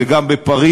זה גם בפריז,